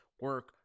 Work